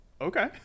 Okay